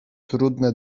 trudne